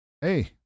Hey